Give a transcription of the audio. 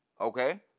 Okay